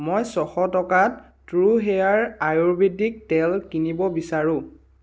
মই ছশ টকাত ট্ৰু হেয়াৰ আয়ুৰ্বেদিক তেল কিনিব বিচাৰোঁ